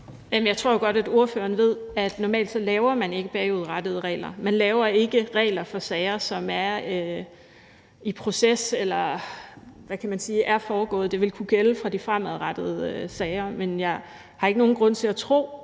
jeg tror jo godt, at ordføreren ved, at normalt laver man ikke bagudrettede regler; man laver ikke regler for sager, som er i proces, eller som er foregået. Det ville kunne gælde for de fremadrettede sager, men jeg har ikke nogen grund til at tro,